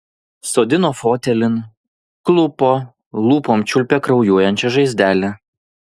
sodino fotelin klupo lūpom čiulpė kraujuojančią žaizdelę